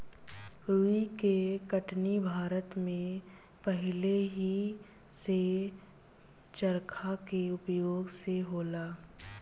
रुई के कटनी भारत में पहिलेही से चरखा के उपयोग से होला